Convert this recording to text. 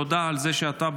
תודה על זה שאתה,